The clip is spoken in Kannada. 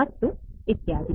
ಮತ್ತು ಇತ್ಯಾದಿ